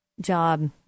job